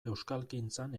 euskalgintzan